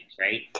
right